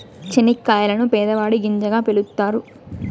చనిక్కాయలను పేదవాడి గింజగా పిలుత్తారు